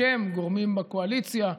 בשם גורמים בקואליציה,